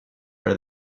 are